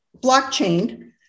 blockchain